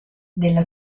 della